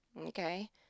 okay